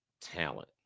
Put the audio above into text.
talent